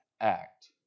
act